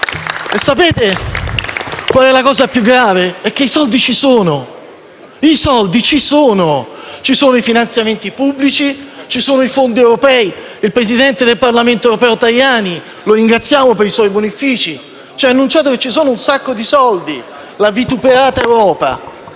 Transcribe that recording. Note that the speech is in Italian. E sapete qual è la cosa più grave? Che i soldi ci sono: ci sono i finanziamenti pubblici; ci sono i fondi europei. Il presidente del Parlamento europeo Tajani - che ringraziamo per i suoi buoni uffici - ha annunciato che ci sono un sacco di soldi, dalla vituperata Europa,